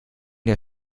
der